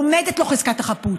עומדת לו חזקת החפות.